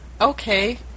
Okay